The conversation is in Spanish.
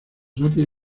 rápida